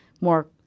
more